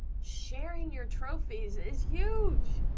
sharing your trophies is huge.